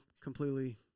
completely